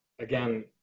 Again